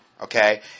okay